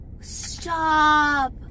stop